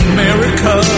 America